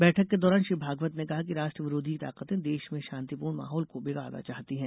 बैठक के दौरान श्री भागवत ने कहा कि राष्ट्र विरोधी ताकतें देश में शांतिपूर्ण माहौल को बिगाड़ना चाहती है